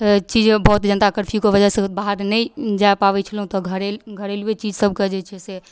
चीजे बहुत जनता कर्फ्यूके वजहसँ बाहर तऽ नहि जा पाबै छलहुँ तऽ घरे घरेलू चीज सबके जे छै से